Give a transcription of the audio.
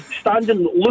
Standing